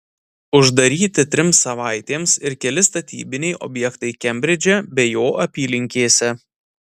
uždaryti trims savaitėms ir keli statybiniai objektai kembridže bei jo apylinkėse